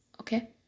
Okay